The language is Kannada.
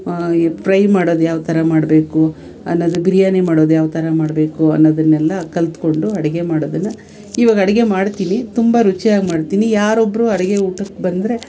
ಈ ಪ್ರೈ ಮಾಡೋದು ಯಾವ್ತರ ಮಾಡಬೇಕು ಅನ್ನೋದು ಬಿರಿಯಾನಿ ಮಾಡೋದು ಯಾವ್ತರ ಮಾಡಬೇಕು ಅನ್ನೋದನ್ನೆಲ್ಲ ಕಲಿತ್ಕೊಂಡು ಅಡುಗೆ ಮಾಡೋದನ್ನು ಇವಾಗ ಅಡುಗೆ ಮಾಡ್ತಿನಿ ತುಂಬ ರುಚಿಯಾಗಿ ಮಾಡ್ತಿನಿ ಯಾರೊಬ್ಬರು ಅಡುಗೆ ಊಟಕ್ಕೆ ಬಂದರೆ